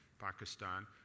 Pakistan